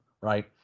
Right